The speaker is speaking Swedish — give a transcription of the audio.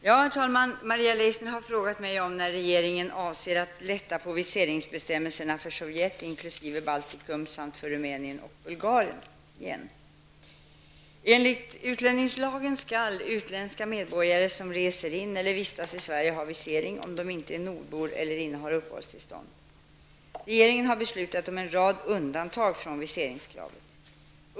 Herr talman! Maria Leissner har frågat mig när regeringen avser att lätta på viseringsbestämmelserna för Sovjet inkl. Baltikum samt för Rumänien och Bulgarien. Enligt utlänningslagen skall utländska medborgare som reser in i eller vistas i Sverige ha visering, om de inte är nordbor eller innehar uppehållstillstånd. Regeringen har beslutat om en rad undantag från viseringskravet.